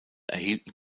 erhielten